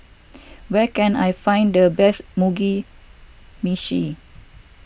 where can I find the best Mugi Meshi